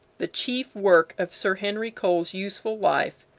the chief work of sir henry cole's useful life,